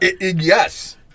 Yes